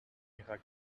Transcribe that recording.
ihrer